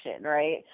Right